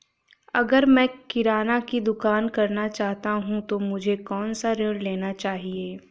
अगर मैं किराना की दुकान करना चाहता हूं तो मुझे कौनसा ऋण लेना चाहिए?